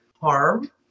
harm